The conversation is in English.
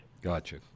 Gotcha